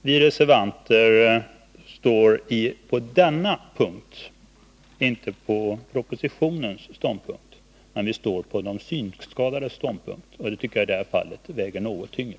Vi reservanter står inte på propositionens ståndpunkt, men vi står på de synskadades ståndpunkt, och det tycker jag i det här fallet väger något tyngre.